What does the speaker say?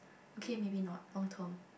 okay maybe not long term